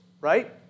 right